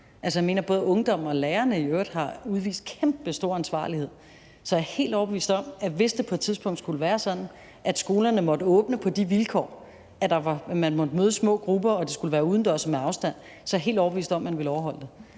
jeg mener, at både ungdommen og lærerne i øvrigt har udvist kæmpestor ansvarlighed, så jeg er helt overbevist om, at hvis det på et tidspunkt skulle være sådan, at skolerne måtte åbne på de vilkår, at man måtte mødes i små grupper, og at det skulle være udendørs og med afstand, så er jeg helt overbevist om, at man ville overholde det.